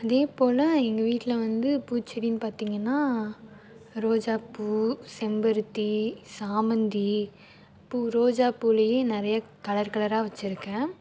அதேபோல் எங்கள் வீட்டில் வந்து பூச்செடின்னு பார்த்திங்கன்னா ரோஜாப்பூ செம்பருத்தி சாமந்தி பூ ரோஜா பூலேயே நிறையா கலர் கலராக வச்சுருக்கேன்